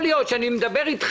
אתה לא מדייק.